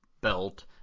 belt